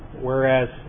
whereas